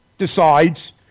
decides